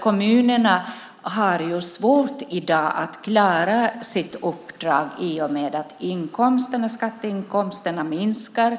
Kommunerna har i dag svårt att klara sitt uppdrag i och med att skatteinkomsterna minskar